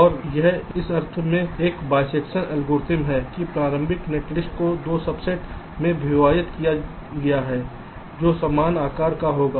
और यह इस अर्थ में एक बायसेक्शन एल्गोरिथ्म है कि प्रारंभिक नेटलिस्ट को 2 सबसेट में विभाजित किया गया है जो समान आकार का होगा